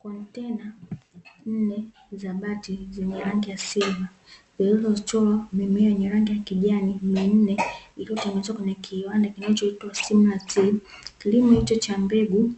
Kontena nne za bati zenye rangi ya silva, zilizochorwa mimea yenye rangi ya kijani minne, iliyotengenezwa kwenye kiwanda kinachoitwa "Simlaw seeds",kilimo hicho cha mbegu